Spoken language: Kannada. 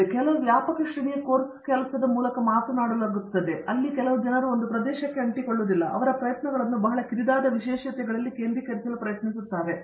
ಆದ್ದರಿಂದ ಈ ಕೆಲವು ವ್ಯಾಪಕ ಶ್ರೇಣಿಯ ಕೋರ್ಸ್ ಕೆಲಸದ ಮೂಲಕ ಮಾತನಾಡಲಾಗುತ್ತಿದೆ ಅಲ್ಲಿ ಜನರು ಕೇವಲ ಒಂದು ಪ್ರದೇಶಕ್ಕೆ ಅಂಟಿಕೊಳ್ಳುವುದಿಲ್ಲ ಮತ್ತು ಅವರ ಪ್ರಯತ್ನಗಳನ್ನು ಬಹಳ ಕಿರಿದಾದ ವಿಶೇಷತೆಗಳಲ್ಲಿ ಕೇಂದ್ರೀಕರಿಸಲು ಪ್ರಯತ್ನಿಸುತ್ತಿದ್ದಾರೆ